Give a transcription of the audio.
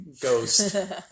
ghost